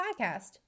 podcast